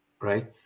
right